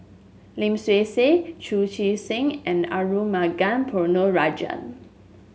Lim Swee Say Chu Chee Seng and Arumugam Ponnu Rajah